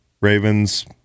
Ravens